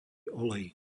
olej